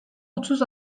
otuz